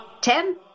Ten